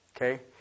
Okay